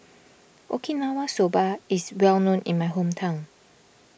Okinawa Soba is well known in my hometown